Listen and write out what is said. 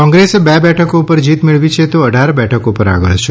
કોંગ્રેસ બે બેઠકો ઉપર જીત મેળવી છે તો અઠાર બેઠકો પર આગળ છે